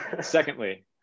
secondly